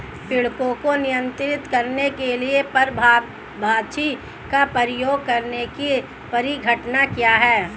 पीड़कों को नियंत्रित करने के लिए परभक्षी का उपयोग करने की परिघटना क्या है?